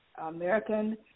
American